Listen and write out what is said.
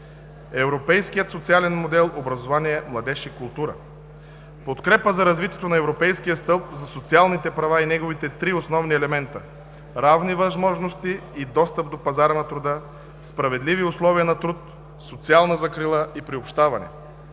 Европейският социален модел. Образование, младеж и култура - подкрепа за развитието на Европейския стълб за социалните права и неговите три основни елемента: равни възможности и достъп до пазара на труда, справедливи условия на труд, социална закрила и приобщаване;